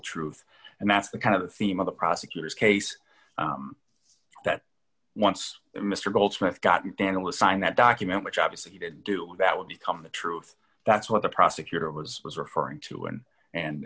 truth and that's the kind of the theme of the prosecutor's case that once mr goldsmith gotten danila signed that document which obviously he did do that would become the truth that's what the prosecutor was was referring to in and